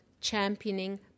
championing